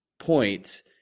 points